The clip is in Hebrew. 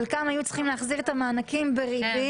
חלקם היו צריכים להחזיר את המענקים בריבית,